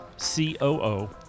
COO